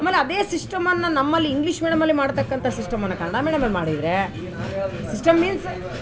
ಆಮೇಲೆ ಅದೇ ಸಿಸ್ಟಮನ್ನು ನಮ್ಮಲ್ಲಿ ಇಂಗ್ಲೀಷ್ ಮೇಡಮಲ್ಲಿ ಮಾಡ್ತಾಕಂಥ ಸಿಸ್ಟಮನ್ನು ಕನ್ನಡ ಮೇಡಮಲ್ಲಿ ಮಾಡಿದರೆ ಸಿಸ್ಟಮ್ ಮೀನ್ಸ್